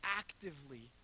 actively